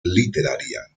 literaria